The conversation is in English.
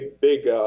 big